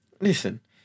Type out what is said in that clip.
Listen